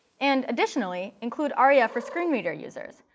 and additionally, include aria for screen reader users,